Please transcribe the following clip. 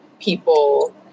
people